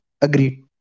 Agreed